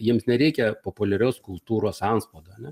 jiems nereikia populiarios kultūros antspaudo ar ne